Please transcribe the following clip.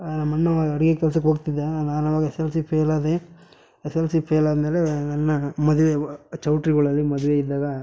ನಮ್ಮ ಅಣ್ಣ ಅಡಿಗೆ ಕೆಲ್ಸಕ್ಕೆ ಹೋಗ್ತಿದ್ದ ನಾನು ಅವಾಗ ಎಸ್ ಎಲ್ ಸಿ ಫೇಲಾದೆ ಎಸ್ ಎಲ್ ಸಿ ಫೇಲಾದ ಮೇಲೆ ನನ್ನ ಮದುವೆ ಚೌಟ್ರಿಗಳಲ್ಲಿ ಮದುವೆ ಇದ್ದಾಗ